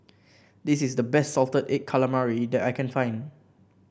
this is the best Salted Egg Calamari that I can find